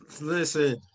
Listen